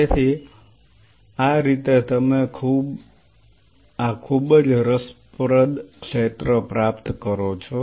તેથી આ રીતે તમે આ ખૂબ જ રસપ્રદ ક્ષેત્ર પ્રાપ્ત કરો છો